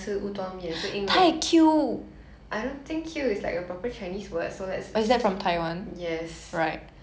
anyway I was saying I don't really like 乌冬面因为有时候那个面有一点酸